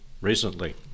recently